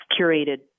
curated